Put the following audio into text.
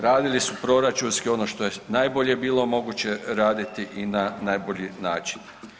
Radili su proračunski ono što je najbolje bilo moguće raditi i najbolji način.